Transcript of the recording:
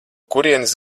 kurienes